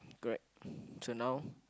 correct so now